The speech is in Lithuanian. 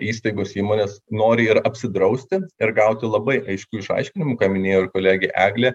įstaigos įmonės nori ir apsidrausti ir gauti labai aiškių išaiškinimų ką minėjo ir kolegė eglė